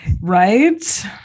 Right